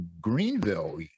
Greenville